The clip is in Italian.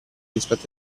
rispetto